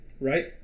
right